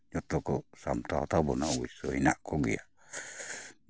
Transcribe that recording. ᱡᱚᱛᱚ ᱠᱚ ᱥᱟᱢᱴᱟᱣ ᱛᱟᱵᱚᱱᱟ ᱚᱵᱚᱥᱥᱳᱭ ᱦᱮᱱᱟᱜ ᱠᱚᱜᱮᱭᱟ